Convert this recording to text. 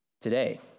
today